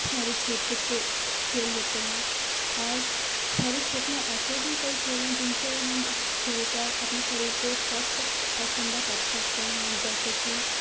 शहरी क्षेत्र के खेल होते हैं और शहरी क्षेत्र में ऐसे भी कई खेल हैं जिनसे हम अब खेलकर अपने शरीर को स्वस्थ और सुंदर रख सकते हैं जैसे कि